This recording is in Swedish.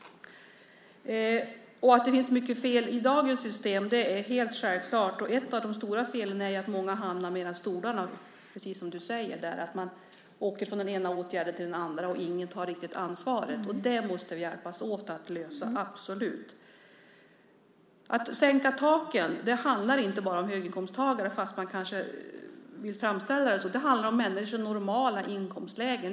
Att det finns mycket fel i dagens system är helt klart. Ett av de stora felen är att många hamnar mellan stolarna, precis som du säger. De åker från den ena åtgärden till den andra, och ingen tar riktigt ansvaret. Det måste vi hjälpas åt att lösa, absolut. Att sänka taken handlar inte bara om höginkomsttagare, även om man kanske vill framställa det så. Det handlar om människor i normala inkomstlägen.